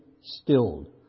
stilled